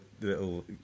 little